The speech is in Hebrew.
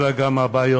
אלא גם הבעיות